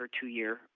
two-year